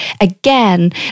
again